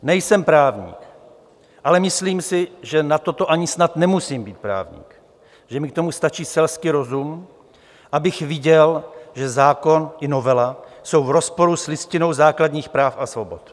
Nejsem právník, ale myslím si, že na toto ani snad nemusím být právník, že mi k tomu stačí selský rozum, abych viděl, že zákon i novela jsou v rozporu s Listinou základních práv a svobod.